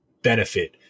Benefit